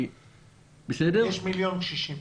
יש מיליון קשישים.